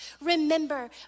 Remember